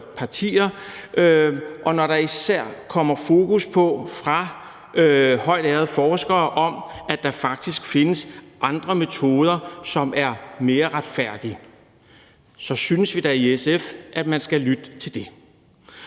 Og når der især fra højtærede forskere kommer fokus på, at der faktisk findes andre metoder, som er mere retfærdige, synes vi da i SF, at man skal lytte til det.